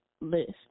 list